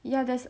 ya there's